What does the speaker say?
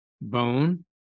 bone